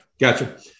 Gotcha